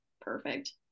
perfect